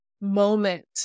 moment